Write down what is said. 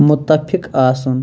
مُتفِق آسُن